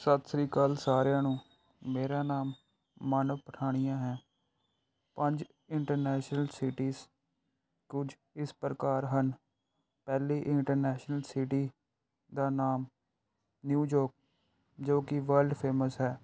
ਸਤਿ ਸ਼੍ਰੀ ਅਕਾਲ ਸਾਰਿਆਂ ਨੂੰ ਮੇਰਾ ਨਾਮ ਮਾਨਵ ਪਠਾਣੀਆ ਹੈ ਪੰਜ ਇੰਟਰਨੈਸ਼ਨਲ ਸਿਟੀਜ ਕੁਝ ਇਸ ਪ੍ਰਕਾਰ ਹਨ ਪਹਿਲੀ ਇੰਟਰਨੈਸ਼ਨ ਸਿਟੀਜ ਦਾ ਨਾਮ ਨਿਊਯੋਕ ਜੋ ਕਿ ਵਰਲਡ ਫੇਮਸ ਹੈ